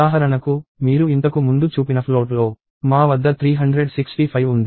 ఉదాహరణకు మీరు ఇంతకు ముందు చూపిన ఫ్లోట్లో మా వద్ద 365 ఉంది